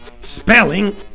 Spelling